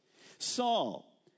Saul